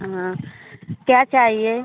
हाँ क्या चाहिए